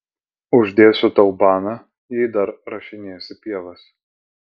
uždėsiu tau baną jei dar rašinėsi pievas